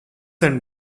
and